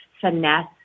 finesse